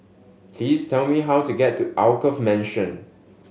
please tell me how to get to Alkaff Mansion